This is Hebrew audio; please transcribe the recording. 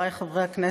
חבריי חברי הכנסת,